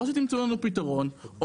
או שתמצאו לנו פתרון,